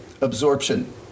absorption